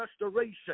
restoration